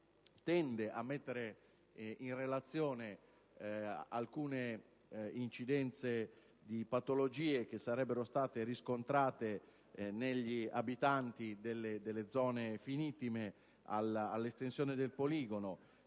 tende a mettere in relazione alcune incidenze di patologie, che sarebbero state riscontrate negli abitanti delle zone finitime all'estensione del poligono,